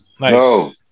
No